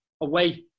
away